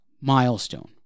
milestone